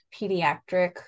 pediatric